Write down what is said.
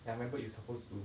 I remember you supposed to